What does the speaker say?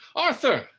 arthur,